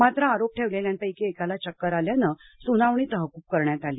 मात्र आरोप ठेवलेल्यांपैकी एकाला चक्कर आल्यानं सुनावणी तहकूब करण्यात आली